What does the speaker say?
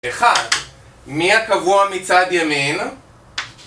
1. מי הקבוע מצד ימין?